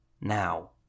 Now